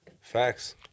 Facts